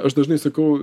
aš dažnai sakau